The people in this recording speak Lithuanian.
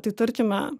tai tarkime